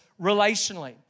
relationally